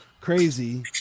crazy